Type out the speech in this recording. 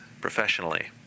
professionally